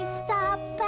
stop